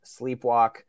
Sleepwalk